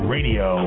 Radio